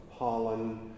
pollen